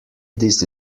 this